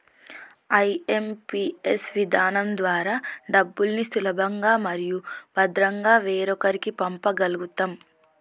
IMPS విధానం ద్వారా డబ్బుల్ని సులభంగా మరియు భద్రంగా వేరొకరికి పంప గల్గుతం